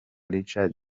richard